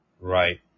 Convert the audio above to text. right